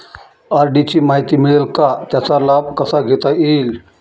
RD ची माहिती मिळेल का, त्याचा लाभ कसा घेता येईल?